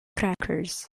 crackers